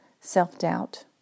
self-doubt